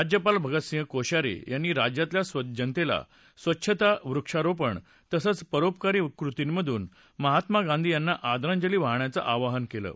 राज्यपाल भगत सिंह कोश्यारी यांनी राज्यातल्या जनतेला स्वच्छता वृक्षारोपण तसंच परोपकारी कृतींमधून महात्मा गांधी यांना आदरांजली वाहण्याचं आवाहन केलं आहे